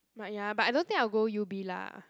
but ya but I don't think I will go U_B lah